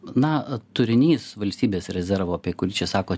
na turinys valstybės rezervo apie kurį čia sako